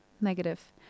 negative